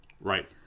Right